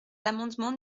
l’amendement